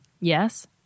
Yes